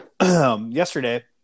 yesterday